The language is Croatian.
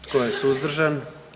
Tko je suzdržan?